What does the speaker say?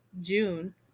June